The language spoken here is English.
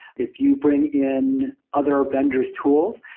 if you bring in other vendors' tools,